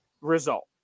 result